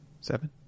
seven